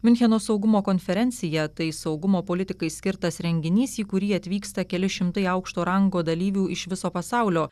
miuncheno saugumo konferencija tai saugumo politikai skirtas renginys į kurį atvyksta keli šimtai aukšto rango dalyvių iš viso pasaulio